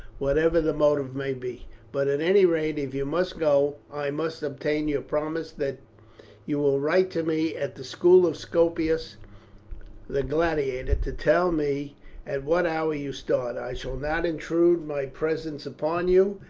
whatever the motive may be but at any rate, if you must go, i must obtain your promise that you will write to me at the school of scopus the gladiator, to tell me at what hour you start. i shall not intrude my presence upon you,